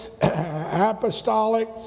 apostolic